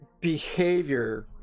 behavior